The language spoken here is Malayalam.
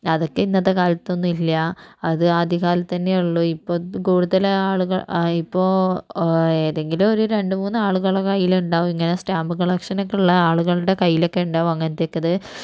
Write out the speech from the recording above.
അതൊക്കെ ഇന്നത്തെ കാലത്തൊന്നും ഇല്ല അത് ആദ്യ കാലത്തു തന്നെ ഉള്ളൂ ഇപ്പോൾ കൂടുതൽ ആളുകൾ ഇപ്പോൾ ഏതെങ്കിലും ഒരു രണ്ട് മൂന്ന് ആളുകളുടെ കയ്യിലുണ്ടാകും ഇങ്ങനെ സ്റ്റാമ്പ് കളക്ഷനൊക്കെ ഉള്ള ആളുകളുടെ കയ്യിലൊക്കെ ഉണ്ടാകും അങ്ങനത്തെയൊക്കെയിത്